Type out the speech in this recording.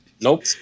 nope